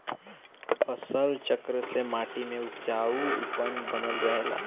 फसल चक्र से माटी में उपजाऊपन बनल रहेला